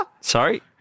Sorry